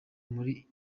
muri